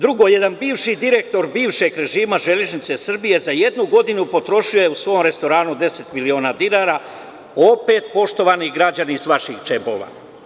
Drugo, jedan bivši direktor bivšeg režima Železnice Srbije za jednu godinu potrošio je u svom restoranu 10 miliona dinara, opet, poštovani građani, iz vaših džepova.